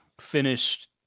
finished